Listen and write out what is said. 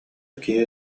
киһи